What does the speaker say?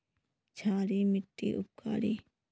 क्षारी मिट्टी उपकारी?